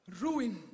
ruin